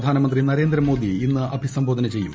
പ്രധാനമന്ത്രി നരേന്ദ്ര മോദി ഇന്ന് അഭിസംബോധന ചെയ്യും